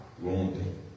Wounded